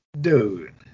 Dude